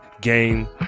Game